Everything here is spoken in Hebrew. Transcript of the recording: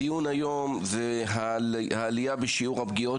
הדיון היום זה על העלייה בשיעור הפגיעות